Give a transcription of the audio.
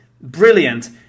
brilliant